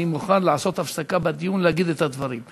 אני מוכן לעשות הפסקה בדיון להגיד את הדברים.